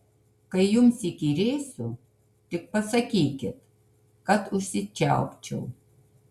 kai jums įkyrėsiu tik pasakykit kad užsičiaupčiau